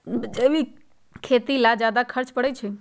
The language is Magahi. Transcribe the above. जैविक खेती ला ज्यादा खर्च पड़छई?